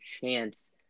chance